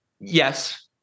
Yes